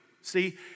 See